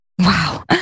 Wow